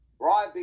right